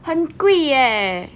很贵 eh